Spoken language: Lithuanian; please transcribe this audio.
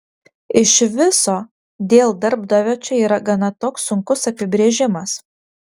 iš viso dėl darbdavio čia yra gana toks sunkus apibrėžimas